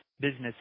business